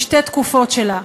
בשתי תקופות שלה.